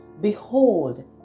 Behold